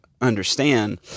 understand